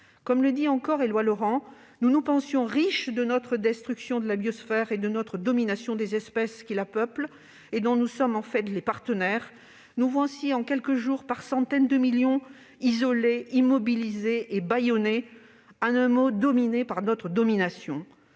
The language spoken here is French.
Comme le dit encore Éloi Laurent :« Nous nous pensions riches de notre destruction de la biosphère et de notre domination des espèces qui la peuplent et dont nous sommes en fait les partenaires, nous voici en quelques jours, par centaines de millions, isolés, immobilisés et bâillonnés, en un mot dominés par notre domination.